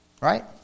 Right